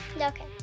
okay